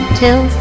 till